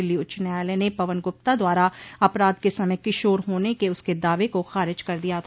दिल्ली उच्च न्यायालय ने पवन गुप्ता द्वारा अपराध के समय किशोर होने के उसके दावे को खारिज कर दिया था